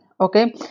Okay